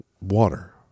water